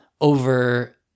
over